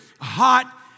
hot